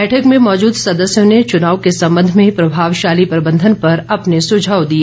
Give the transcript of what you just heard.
बैठक में मौजूद सदस्यों ने चुनाव के संबंध में प्रभावशाली प्रबंधन पर अपने सुझाव दिए